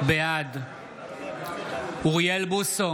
בעד אוריאל בוסו,